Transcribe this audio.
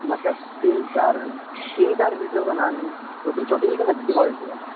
مطلب تین چار تین چار ویڈیو بنانی ہے چھوٹی چھوٹی لیکن اچھی کوائلٹی والی